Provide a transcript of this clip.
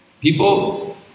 People